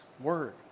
word